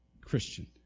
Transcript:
Christian